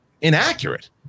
inaccurate